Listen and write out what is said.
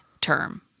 term